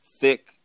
thick